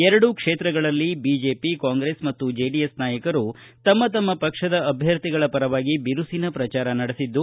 ಎರಡೂ ಕ್ಷೇತ್ರಗಳಲ್ಲಿ ಬಿಜೆಪಿ ಕಾಂಗ್ರೆಸ್ ಮತ್ತು ಜೆಡಿಎಸ್ ನಾಯಕರು ತಮ್ನ ಪಕ್ಷದ ಅಭ್ಯರ್ಥಿಗಳ ಪರವಾಗಿ ಬಿರುಸಿನ ಪ್ರಚಾರ ನಡೆಸಿದ್ದು